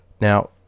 Now